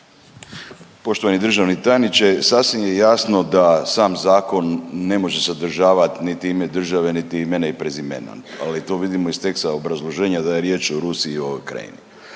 Poštovani državni tajniče sasvim je jasno da sam zakon ne može sadržavati niti ime države, niti imena i prezimena ali to vidimo iz teksta obrazloženja da je riječ o Rusiji i o Ukrajini.